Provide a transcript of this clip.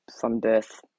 from-birth